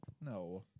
No